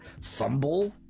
fumble